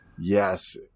Yes